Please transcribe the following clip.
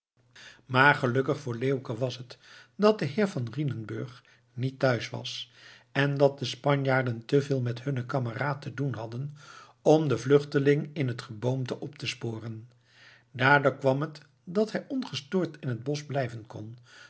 maar gelukkig voor leeuwke was het dat de heer van rhinenburg niet thuis was en dat de spanjaarden te veel met hunnen kameraad te doen hadden om den vluchteling in het geboomte op te sporen daardoor kwam het dat hij ongestoord in het bosch blijven kon